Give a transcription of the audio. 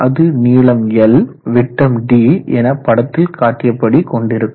அது நீளம் l விட்டம் d என படத்தில் காட்டியபடி கொண்டிருக்கும்